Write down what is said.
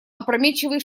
опрометчивый